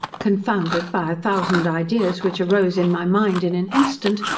confounded by a thousand ideas which arose in my mind in an instant,